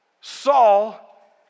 Saul